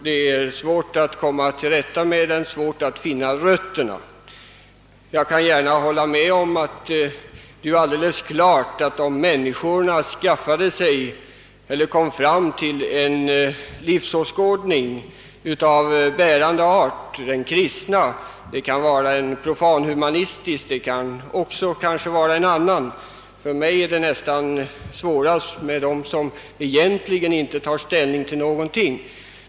Det är svårt att komma till rätta med den och finna rötterna till det onda. Jag kan också hålla med om att mycket skulle vara annorlunda i denna värld om människorna nådde fram till en livsåskådning av bärande art — det kan vara den kristna, en profanhumanistisk eller någon annan livsåskådning. För mig är det mest bekymmersamt med dem som egentligen inte tar ställning till någonting.